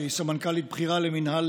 שהיא סמנכ"לית בכירה למינהל